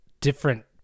different